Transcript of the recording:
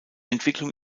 entwicklung